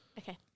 Okay